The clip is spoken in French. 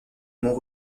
monts